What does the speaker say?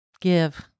give